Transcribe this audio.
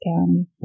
County